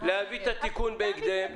להביא את התיקון בהקדם,